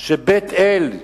שבית-אל,